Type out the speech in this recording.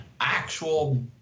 actual